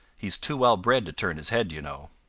he's too well bred to turn his head, you know.